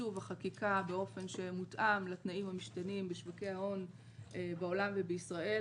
ועיצוב החקיקה באופן שמותאם לתנאים המשתנים בשווקי ההון בעולם ובישראל,